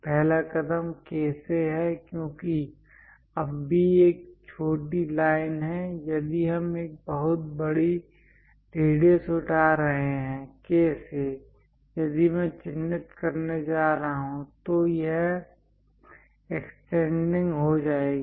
पहला कदम K से है क्योंकि अब B एक छोटी लाइन है यदि हम एक बहुत बड़ी रेडियस उठा रहे हैं K से यदि मैं चिह्नित करने जा रहा हूं तो यह एक्सपेंडिंग हो जाएगी